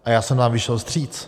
A já jsem vám vyšel vstříc.